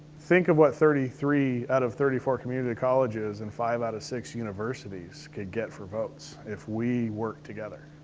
think of what thirty three out of thirty four community colleges and five out of six universities could get for votes if we worked together.